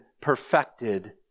perfected